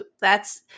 That's-